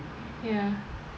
ya